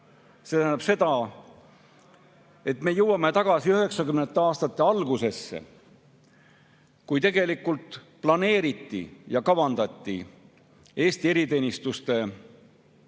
See tähendab seda, et me jõuame tagasi 1990. aastate algusesse, kui tegelikult planeeriti ja kavandati Eesti eriteenistuste arengut.